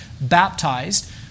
baptized